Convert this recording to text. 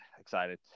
excited